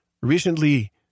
recently